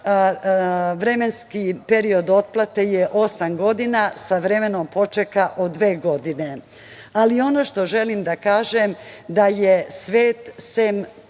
Vremenski period otplate je osam godina sa vremenom počeka od dve godine. Ono što želim da kažem da je svet, sem